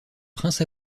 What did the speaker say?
prince